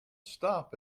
stop